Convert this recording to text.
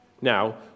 Now